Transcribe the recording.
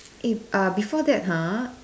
eh uh before that !huh!